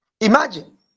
Imagine